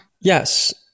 Yes